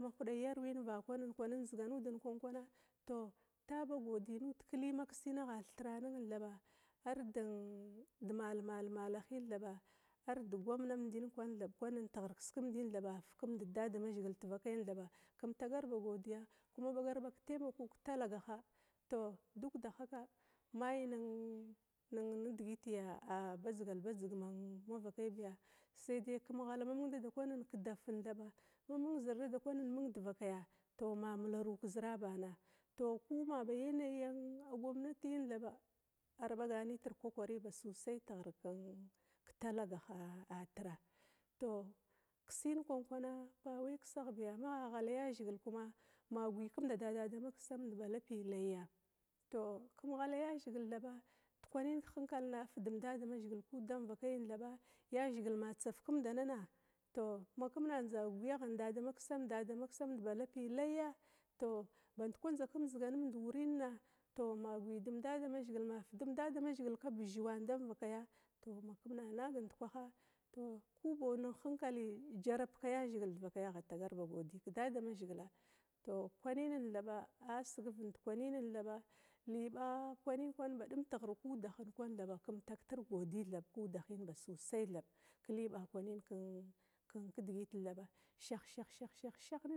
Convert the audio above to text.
Mahuda yarwin vakwan kwana tou taba godi nud keli makisina agha thirtra ning thaba arden mal-mal malahina thaba arde wamnam di thaba tighir kiskimdin thaba fikindit dadamazhigil ivakai haba kum ɓagar ba godiya kuma ɓagar ɓag ketaimako ketalagaha tou dukda haka mai nin nin nidigiti a bazgal bazdigi mavakai biya sede kum ghalan mamung dada kwanin kidafna, ma mang dadakwa denakaga tou ma mularu kezirabana ku ma ba yanayi am gwamnatiyin thaba ar ɓagana nitir kwakwari ba susai tighir keta lagahaha, tou kisin kwan kwana ba wai kisigh biya magha hala yazhigila ma gwikumda dana da dama kisamda ba lapi layya, tou kum ghala yazhigil thaba dekwanin kehinkalna afudum da mazhigil kuda damvakaina ma tsaukumda nana tou ma kimna gwiya da dama kisamda ba lapi layya bandkwanza ndziganimd wurina ma gwidum dadamazhigil ma fudum damazhigi kebuzhuwan damuakaya tou ma kumda na ndukwaha, ku bau hinkali jarabka yazhigil de vakaya agha tagar ba uss agha tagar ba godi kedada mazhigila to kwanin thaba asigiv da kwanin thaba li ɓa kwanin kwan badum tighir kuda kwana kum tagtir ba godi ba sosai thaba tighir kwanin kidigit thaba shah shah shah.